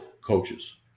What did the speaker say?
coaches